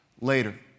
later